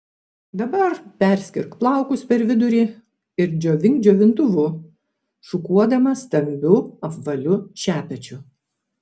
dabar perskirk plaukus per vidurį ir džiovink džiovintuvu šukuodama stambiu apvaliu šepečiu